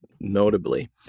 notably